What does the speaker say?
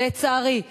לצערי,